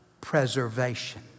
preservation